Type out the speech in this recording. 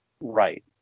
right